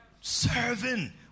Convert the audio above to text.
Serving